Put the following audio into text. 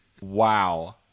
Wow